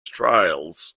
trails